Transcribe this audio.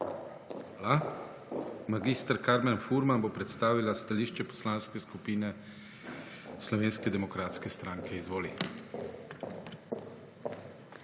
Hvala. Mag. Kamen Furman bo predstavila stališče Poslanske skupine Slovenske demokratske stranke. Izvolite.